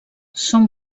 són